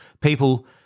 people